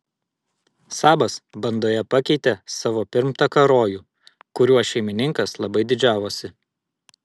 sabas bandoje pakeitė savo pirmtaką rojų kuriuo šeimininkas labai didžiavosi